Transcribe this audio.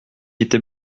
était